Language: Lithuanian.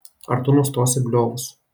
ar tu nustosi bliovus